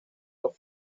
los